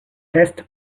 test